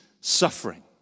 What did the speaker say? suffering